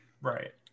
right